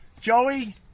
Joey